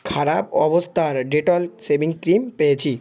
খারাপ অবস্থার Dettol shaving cream পেয়েছি